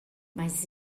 mas